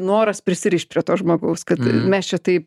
noras prisirišt prie to žmogaus kad mes čia taip